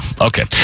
okay